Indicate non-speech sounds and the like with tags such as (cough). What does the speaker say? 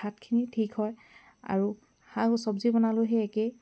ভাতখিনি ঠিক হয় আৰু (unintelligible) চবজি বনালেও সেই একেই